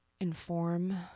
inform